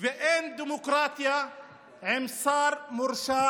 ואין דמוקרטיה עם שר מורשע